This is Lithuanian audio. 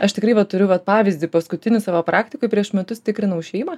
aš tikrai va turiu vat pavyzdį paskutinį savo praktikoj prieš metus tikrinau šeimą